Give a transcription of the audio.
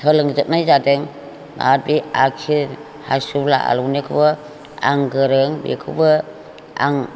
सोलोंजोबनाय जादों आरो बे आखिर हासुब्ला आलौनायखौबो आं गोरों बेखौबो आं